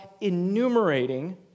enumerating